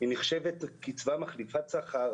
היא נחשבת לקצבה מחליפת שכר.